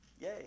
Yay